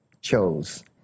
chose